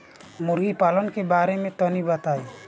मुर्गी पालन के बारे में तनी बताई?